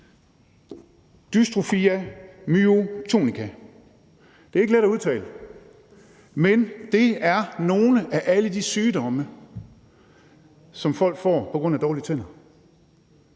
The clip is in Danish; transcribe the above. dystrophia myotonica. Det er ikke let at udtale, men det er nogle af alle de sygdomme, som folk får på grund af dårlige tænder,